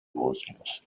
bosnios